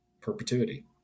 perpetuity